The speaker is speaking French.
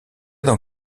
dans